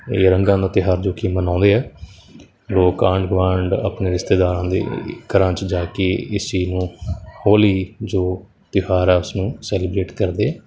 ਇਹ ਰੰਗਾਂ ਦਾ ਤਿਉਹਾਰ ਜੋ ਕਿ ਮਨਾਉਂਦੇ ਆ ਲੋਕ ਆਂਢ ਗੁਆਂਢ ਆਪਣੇ ਰਿਸ਼ਤੇਦਾਰਾਂ ਦੇ ਘਰਾਂ 'ਚ ਜਾ ਕੇ ਇਸ ਚੀਜ਼ ਨੂੰ ਹੋਲੀ ਜੋ ਤਿਉਹਾਰ ਆ ਉਸਨੂੰ ਸੈਲੀਬਰੇਟ ਕਰਦੇ